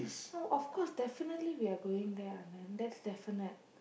no of course definitely we are going there Anand that's definite